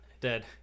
Dead